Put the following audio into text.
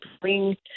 bring